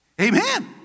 Amen